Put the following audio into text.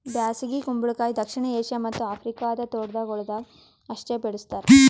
ಬ್ಯಾಸಗಿ ಕುಂಬಳಕಾಯಿ ದಕ್ಷಿಣ ಏಷ್ಯಾ ಮತ್ತ್ ಆಫ್ರಿಕಾದ ತೋಟಗೊಳ್ದಾಗ್ ಅಷ್ಟೆ ಬೆಳುಸ್ತಾರ್